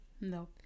No